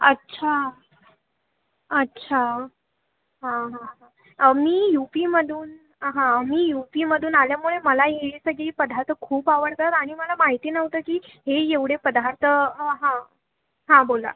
अच्छा अच्छा हां हां हां मी युपीमधून आं हां मी युपीमधून आल्यामुळे मलाही ही सगळे पदार्थ खूप आवडतात आणि मला माहिती नव्हतं की हे एवढे पदार्थ हां हां बोला